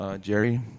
Jerry